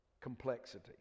Complexity